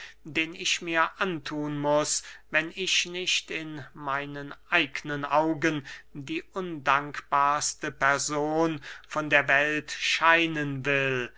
den ich mir anthun muß wenn ich nicht in meinen eignen augen die undankbarste person von der welt scheinen will